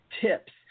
tips